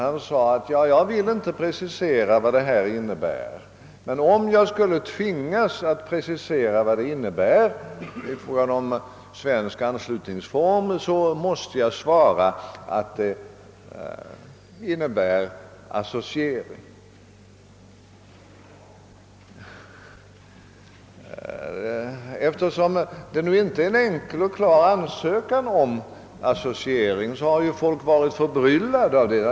Han sade då att han inte ville precisera vad det innebar men satt om han skulle tvingas precisera vad det innebar i fråga om önskad svensk anslutningsform, så vore han tvungen att svara att det innebar associering. Eftersom det inte är en enkel och klar ansökan om associering har folk varit förbryllade av det.